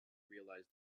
realise